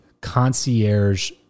concierge